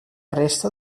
resta